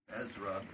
Ezra